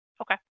Okay